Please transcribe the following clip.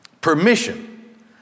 permission